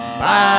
Bye